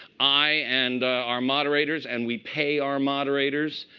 i and our moderators and we pay our moderators,